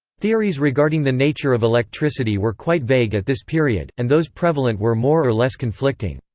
theories regarding the nature of electricity were quite vague at this period, and those prevalent were more or less conflicting.